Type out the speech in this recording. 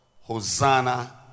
Hosanna